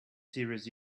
serious